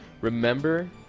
Remember